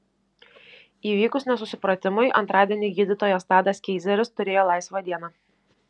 įvykus nesusipratimui antradienį gydytojas tadas keizeris turėjo laisvą dieną